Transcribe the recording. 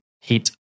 heat